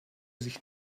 sich